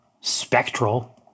spectral